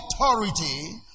authority